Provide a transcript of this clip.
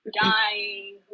Dying